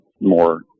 more